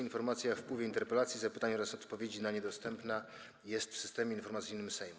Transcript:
Informacja o wpływie interpelacji, zapytań oraz odpowiedzi na nie dostępna jest w Systemie Informacyjnym Sejmu.